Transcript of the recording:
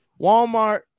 Walmart